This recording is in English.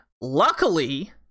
Luckily